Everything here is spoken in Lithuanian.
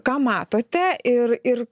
ką matote ir ir